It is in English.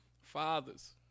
Fathers